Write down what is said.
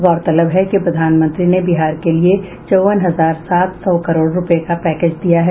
गौरतलब है कि प्रधानमंत्री ने बिहार के लिये चौवन हजार सात सौ करोड़ रूपये का पैकेज दिया है